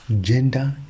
gender